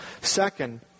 second